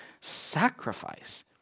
sacrifice